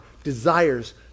desires